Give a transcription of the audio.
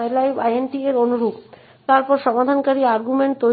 এই মুহুর্তে আমরা স্ট্যাকের